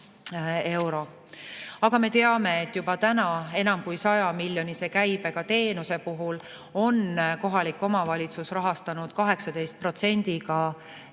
euro. Aga me teame, et juba praegu on enam kui 100‑miljonilise käibega teenuse puhul kohalik omavalitsus rahastanud 18% ulatuses